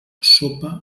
sopa